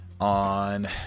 on